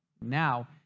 now